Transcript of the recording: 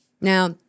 Now